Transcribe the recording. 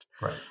right